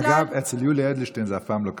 אגב, אצל יולי אדלשטיין זה אף פעם לא קרה,